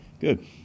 Good